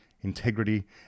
integrity